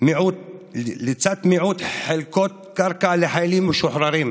מיעוט חלקות קרקע לחיילים משוחררים.